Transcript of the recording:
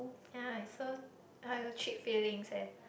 ya it's so !aiyo! cheat feelings eh